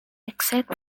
except